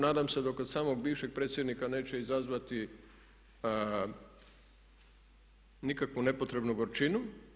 Nadam se da kod samog bivšeg predsjednika neće izazvati nikakvu nepotrebnu gorčinu.